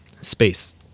space